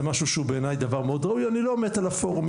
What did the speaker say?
זה משהו שהוא בעיניי דבר מאוד ראוי אני לא מת על הפורום,